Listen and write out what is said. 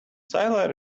zilla